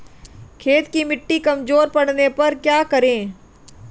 खेत की मिटी कमजोर पड़ने पर क्या करें?